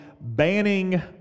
banning